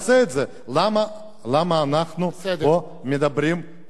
למה אנחנו פה מדברים על הנושא הזה?